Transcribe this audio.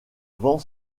vend